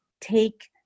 take